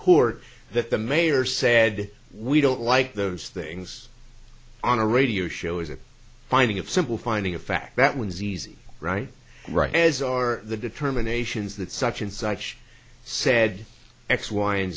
court that the mayor said we don't like those things on a radio show is a finding of simple finding of fact that one's easy right right as are the determinations that such and such said x y and